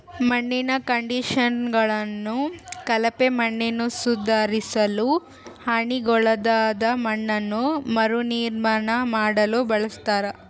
ಮಣ್ಣಿನ ಕಂಡಿಷನರ್ಗಳನ್ನು ಕಳಪೆ ಮಣ್ಣನ್ನುಸುಧಾರಿಸಲು ಹಾನಿಗೊಳಗಾದ ಮಣ್ಣನ್ನು ಮರುನಿರ್ಮಾಣ ಮಾಡಲು ಬಳಸ್ತರ